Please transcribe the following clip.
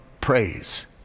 praise